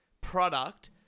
product